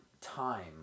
time